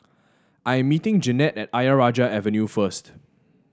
I am meeting Jeannette at Ayer Rajah Avenue first